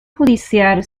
judicial